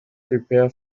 prepare